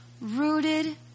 rooted